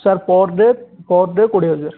sir per day ' per day' କୋଡ଼ିଏ ହଜାର